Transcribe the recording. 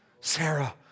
Sarah